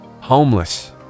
homeless